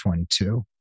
2022